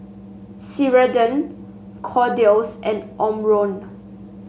Ceradan Kordel's and Omron